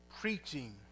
preaching